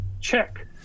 check